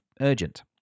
urgent